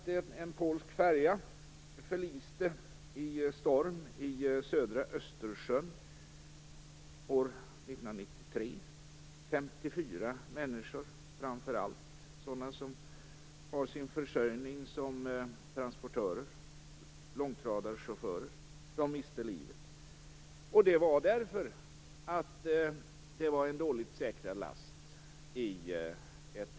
Vi vet att en polsk färja förliste i storm i södra Östersjön år 1993 och att 54 människor, framför allt sådana som hade sin försörjning som transportörer, dvs. långtradarchaufförer, miste livet. Detta berodde på att det var en dåligt säkrad last.